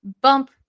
bump